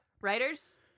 Writers